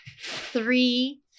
three